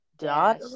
Dot